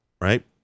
right